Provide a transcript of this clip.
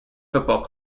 football